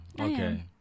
okay